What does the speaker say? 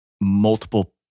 multiple